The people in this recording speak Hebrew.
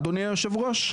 אדוני יושב הראש?